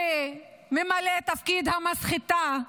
וממלא תפקיד המסחטה,